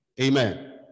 Amen